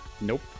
Nope